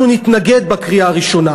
אנחנו נתנגד בקריאה הראשונה.